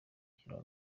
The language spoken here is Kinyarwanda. kigeli